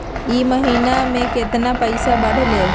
ई महीना मे कतना पैसवा बढ़लेया?